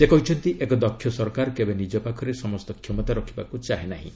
ସେ କହିଛନ୍ତି ଏକ ଦକ୍ଷ ସରକାର କେବେ ନିଜ ପାଖରେ ସମସ୍ତ କ୍ଷମତା ରଖିବାକୁ ଚାହେଁନାହିଁ